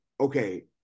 okay